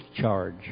charge